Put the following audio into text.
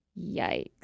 yikes